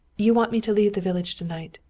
you want me to leave the village to-night.